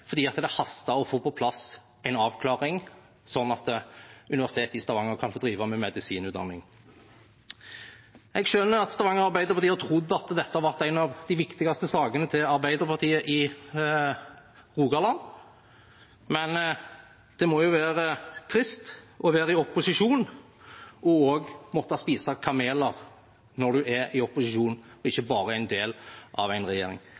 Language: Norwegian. fordi det hastet å få på plass en avklaring sånn at universitetet i Stavanger kan få drive med medisinutdanning. Jeg skjønner at Stavanger Arbeiderparti har trodd at dette ble en av de viktigste sakene til Arbeiderpartiet i Rogaland. Det må jo være trist å måtte spise kameler også når man er i opposisjon og ikke bare når man er en del av en regjering.